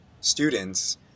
students